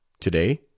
Today